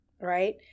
right